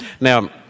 Now